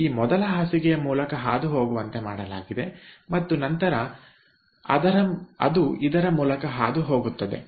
ಈ ಮೊದಲ ಬೆಡ್ ನ ಮೂಲಕ ಹಾದುಹೋಗುವಂತೆ ಮಾಡಲಾಗಿದೆ ಮತ್ತು ನಂತರ ಅದು ಇದರ ಮೂಲಕ ಹಾದುಹೋಗುತ್ತದೆ